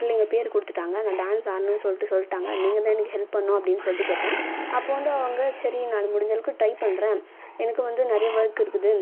பிள்ளைங்க பேர் கொடுத்துட்டாங்க நான் டான்ஸ் ஆடணும்ன்னு சொல்லிட்டு சொல்லிட்டாங்க நீங்கள்தான் எனக்கு ஹெல்ப் பண்ணணும் அப்படி சொல்லிவிட்டு கேட்டேன் அப்போது வந்து அவங்க சரி நான் முடிஞ்ச அளவுக்கு ட்ரை பண்ணுறேன் எனக்கு வந்து நிறைய ஒர்க் இருக்குது